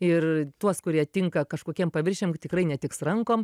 ir tuos kurie tinka kažkokiem paviršiam tikrai netiks rankom